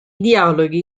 dialoghi